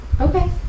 Okay